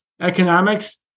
economics